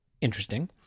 Interesting